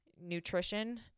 nutrition